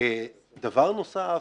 דבר נוסף,